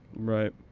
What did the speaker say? right?